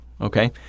okay